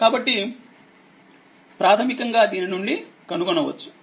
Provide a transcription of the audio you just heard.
కాబట్టిప్రాథమికంగాదీని నుండి కనుగొనవచ్చు